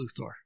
Luthor